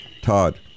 Todd